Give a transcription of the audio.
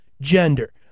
gender